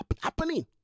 Happening